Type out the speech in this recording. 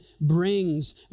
brings